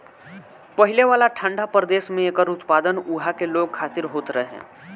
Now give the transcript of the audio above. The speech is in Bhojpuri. पहिले वाला ठंडा प्रदेश में एकर उत्पादन उहा के लोग खातिर होत रहे